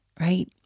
right